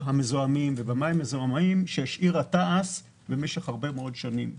המזוהמות ובמים המזוהמים שהשאירה תע"ש במשך הרבה מאוד שנים.